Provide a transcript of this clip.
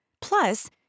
Plus